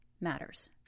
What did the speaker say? matters